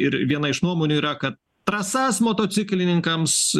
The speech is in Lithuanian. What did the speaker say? ir viena iš nuomonių yra kad trasas motociklininkams